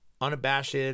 unabashed